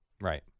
Right